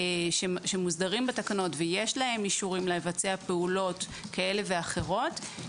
שמוסדרים בתקנת ויש להם אישורים לבצע פעולות כאלה ואחרות,